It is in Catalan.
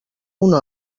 una